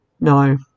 No